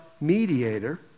mediator